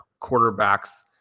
quarterbacks